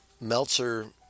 Meltzer